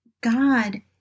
God